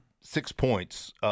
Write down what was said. six-points